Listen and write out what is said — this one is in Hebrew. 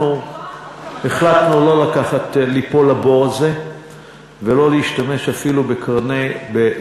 אנחנו החלטנו לא ליפול לבור הזה ולא להשתמש אפילו בקרן